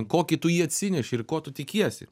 kokį tu jį atsineši ir ko tu tikiesi